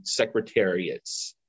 secretariats